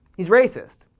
he's racist,